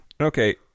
okay